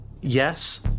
Yes